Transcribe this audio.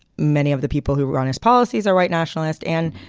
many of the people who were on his policies are white nationalist. and,